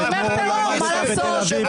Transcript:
אתה תומך טרור, מה לעשות.